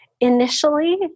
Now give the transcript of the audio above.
Initially